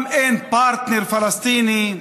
גם אין פרטנר פלסטיני,